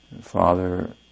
Father